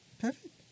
Perfect